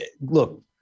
look